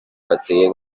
bateye